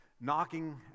knocking